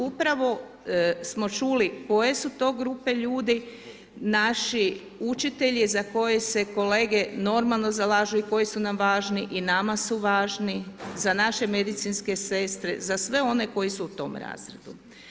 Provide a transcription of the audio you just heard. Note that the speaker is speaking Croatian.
Upravo smo čuli koje su to grupe ljudi, naši učitelji za koje se kolege normalno zalažu i koji su nam važni i nama su važni, za naše medicinske sestre, za sve oni koji su u tom razredu.